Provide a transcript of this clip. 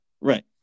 Right